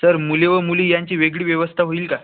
sir मुले व मुली यांची वेगळी व्यवस्था होईल का